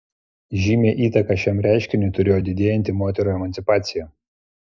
žymią įtaką šiam reiškiniui turėjo didėjanti moterų emancipacija